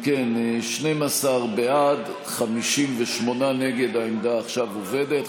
אם כן, 12 בעד, 58 נגד העמדה עכשיו עובדת.